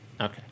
Okay